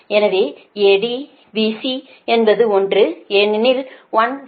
எனவே AD BC என்பது 1 ஏனெனில் 1 1 0 Z